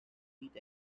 peak